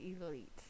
Elite